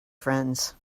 friends